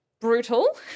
brutal